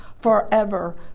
forever